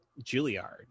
Juilliard